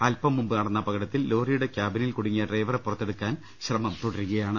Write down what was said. അല്പം മുമ്പ് നടന്ന അപകടത്തിൽ ലോറിയുടെ ക്യാബിനിൽ കുടുങ്ങിയ ഡ്രൈവറെ പുറത്തെടുക്കാൻ ശ്രമം തുടരുകയാണ്